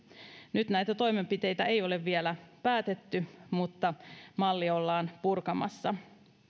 nyt näitä toimenpiteitä ei ole vielä päätetty mutta malli ollaan purkamassa